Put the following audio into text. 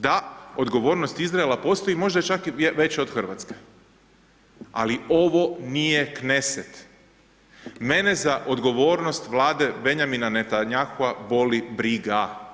Da odgovornost Izraela postoji možda čak i veća od Hrvatske, ali ovo nije Kneset mene za odgovornost vlada Benjamina Netanjahua boli briga.